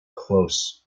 close